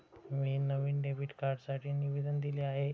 मी नवीन डेबिट कार्डसाठी निवेदन दिले आहे